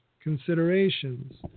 considerations